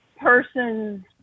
person's